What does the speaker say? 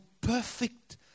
perfect